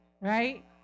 right